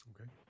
Okay